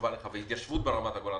גולן